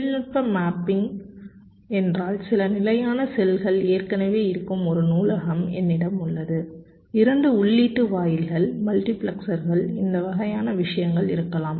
தொழில்நுட்ப மேப்பிங் என்றால் சில நிலையான செல்கள் ஏற்கனவே இருக்கும் ஒரு நூலகம் என்னிடம் உள்ளது இரண்டு உள்ளீட்டு வாயில்கள் மல்டிபிளெக்சர்கள் இந்த வகையான விஷயங்கள் இருக்கலாம்